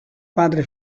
padre